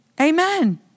Amen